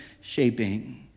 shaping